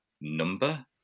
number